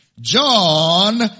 John